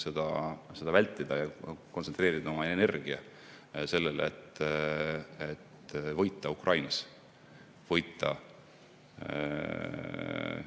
seda vältida ja kontsentreerida oma energia sellele, et võita Ukrainas, võita see